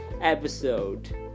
episode